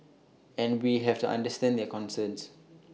and we have to understand their concerns